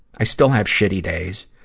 i still have shitty days,